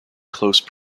close